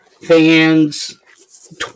Fans